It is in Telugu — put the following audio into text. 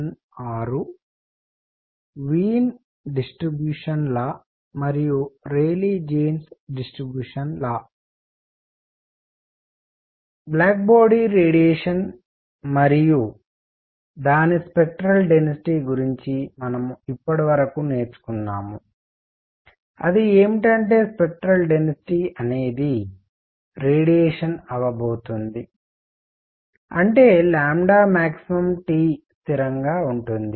కాబట్టి బ్లాక్ బాడీ రేడియేషన్ మరియు దాని స్పెక్ట్రల్ డెన్సిటీ గురించి మనం ఇప్పటివరకు నేర్చుకున్నది ఏమిటంటే స్పెక్ట్రల్ డెన్సిటి అనేది రేడియేషన్ అవ్వబోతోంది అంటే maxT స్థిరంగా ఉంటుంది